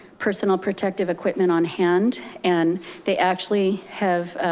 personal protective equipment on hand and they actually have,